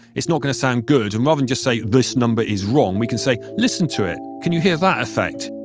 it's not going to sound good and rather than say this number is wrong, we can say, listen to it. can you hear that effect?